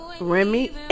Remy